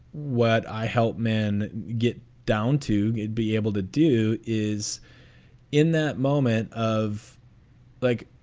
what i help men get down to it, be able to do is in that moment of like,